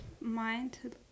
mind